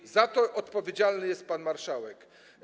I za to odpowiedzialny jest pan marszałek.